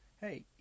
Hey